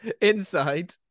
inside